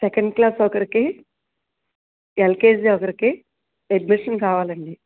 second class ఒకరికి LKG ఒకరికి admission కావాలండి